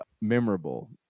memorable